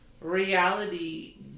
reality